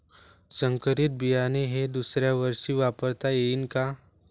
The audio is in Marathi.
संकरीत बियाणे हे दुसऱ्यावर्षी वापरता येईन का?